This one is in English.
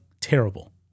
terrible